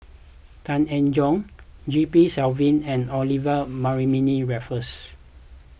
Tan Eng Joo G P Selvam and Olivia Mariamne Raffles